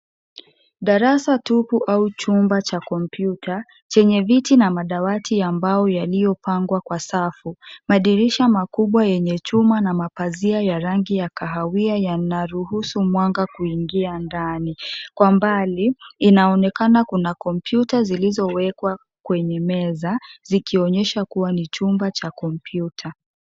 Darasa tupu au chumba cha kompyuta chenye viti na madawati ya mbao yaliyopangwa kwa safu . Madirisha makubwa yenye chuma na mapazia ya rangi ya kahawia yana ruhusu mwanga kuingia ndani , kwa mbali inaonekana kuna kompyuta zilizowekwa kwenye meza zikionyesha kuwa ni chumba cha kompyuta.